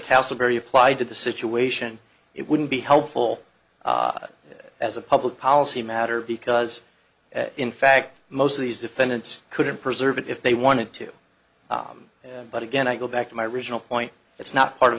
castleberry applied to the situation it wouldn't be helpful as a public policy matter because in fact most of these defendants couldn't preserve it if they wanted to but again i go back to my original point it's not part of